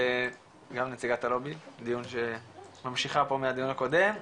גם נציגת הלובי ממשיכה פה מהדיון הקודם,